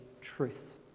truth